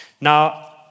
Now